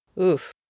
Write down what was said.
Oof